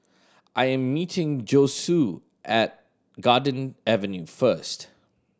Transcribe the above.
I am meeting Josue at Garden Avenue first